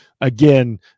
again